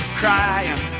crying